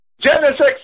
Genesis